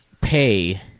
pay